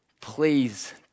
please